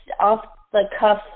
off-the-cuff